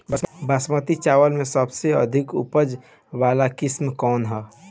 बासमती चावल में सबसे अधिक उपज वाली किस्म कौन है?